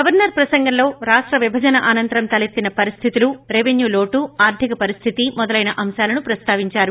governor ప్రసంగంలో రాష్ట విభజన అనంతరం తలెత్తిన పరిస్థితులు రెవెన్యూ లోటు ఆర్థిక పరిస్థితి మొదలైన అంశాలను ప్రస్తావించారు